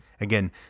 again